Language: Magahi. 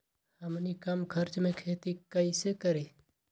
हमनी कम खर्च मे खेती कई से करी?